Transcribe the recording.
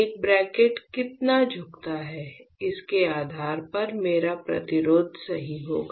एक ब्रैकट कितना झुकता है इसके आधार पर मेरा प्रतिरोध सही होगा